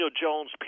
Jones